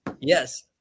Yes